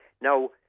Now